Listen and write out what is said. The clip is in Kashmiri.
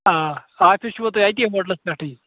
آ آفِس چھُوا تۄہہِ أتی ہوٹلَس پٮ۪ٹھٕے